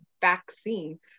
vaccine